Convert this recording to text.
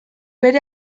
bere